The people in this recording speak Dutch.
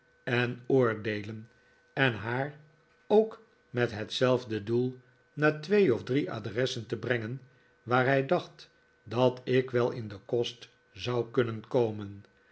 en oordeelen en haar ook met hetzelfde doel naar twee of drie adresseh te brengen waar hij dacht dat ik wel in den kost zou kunnen komen